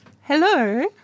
Hello